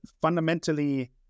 fundamentally